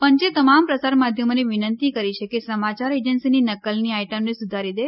પંચે તમામ પ્રસાર માધ્યમોને વિનંતી કરી છે કે સમાચાર એજન્સીની નકલની આઇટમને સુધારી દે